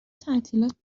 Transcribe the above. تعطیلات